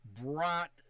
brought